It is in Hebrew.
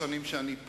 שבכלל לא נולדה,